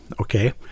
okay